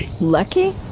Lucky